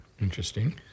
Interesting